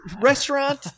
restaurant